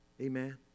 Amen